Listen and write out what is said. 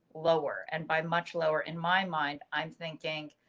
lower and by much lower in my mind, i'm thinking.